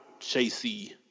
Chasey